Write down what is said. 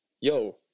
Yo